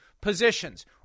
positions